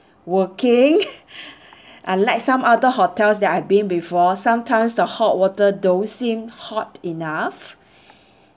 working unlike some other hotels that I've been before sometimes the hot water don't seem hot enough